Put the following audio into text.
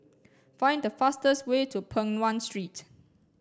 find the fastest way to Peng Nguan Street